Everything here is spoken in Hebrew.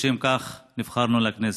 לשם כך נבחרנו לכנסת.